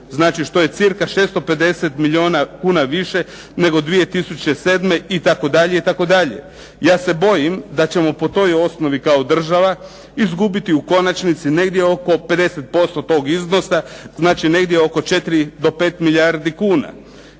znači što je cca 650 milijuna kuna više nego 2007. itd., itd. Ja se bojim da ćemo po toj osnovi kao država, izgubiti u konačnici negdje oko 50% toga iznosa, znači negdje oko 4 do 5 milijardi kuna.